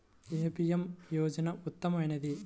ఏ PM యోజన ఉత్తమమైనది?